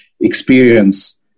experience